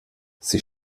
sie